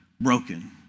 broken